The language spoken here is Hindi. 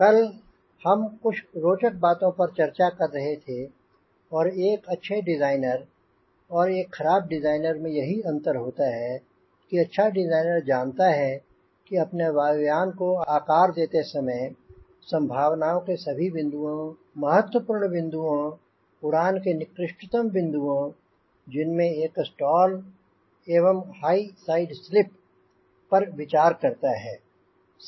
कल हम कुछ रोचक बातों पर चर्चा कर रहे थे और एक अच्छे डिज़ाइनर और एक खराब डिज़ाइनर में यही अंतर होता है कि अच्छा डिज़ाइनर जानता है कि अपने वायुयान को आकार देते समय संभावनाओं के सभी बिंदुओं महत्वपूर्ण बिंदुओं उड़ान के निकृष्टतम बिंदुओं जिनमें एक है स्टॉल एवं हाई साइड स्लिप पर विचार करता है